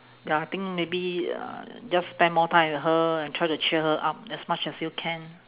ya I think maybe uh just spend more time with her and try to cheer her up as much as you can